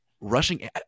rushing